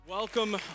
Welcome